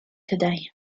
today